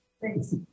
Thanks